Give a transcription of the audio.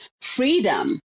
freedom